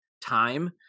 time